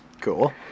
Cool